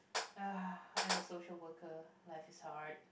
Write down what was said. uh I am a social worker life is hard